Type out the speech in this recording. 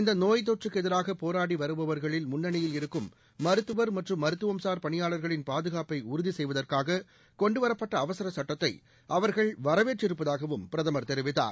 இந்த நோய் தொற்றுக்கு எதிராக போராடி வருபவர்களில் முன்னணியில் இருக்கும் மருத்தவர் மற்றும் மருத்தும்சார் பணியாள்களின் பாதுணப்பை உறுதி செய்வதற்காக கொண்டுவரப்பட்ட அவசர சட்டத்தை அவர்கள் வரவேற்றிருப்பதாகவும் பிரதமர் தெரிவித்தார்